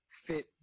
fit